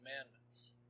commandments